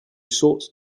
sought